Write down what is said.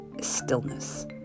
stillness